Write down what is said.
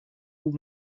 بود